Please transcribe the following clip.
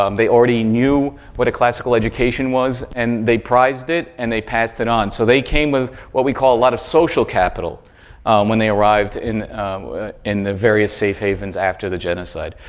um they already knew what a classical education was, and they prized it and they passed it on. so, they came with what we call a lot of social capital when they arrived in in the various safe havens after the genocide.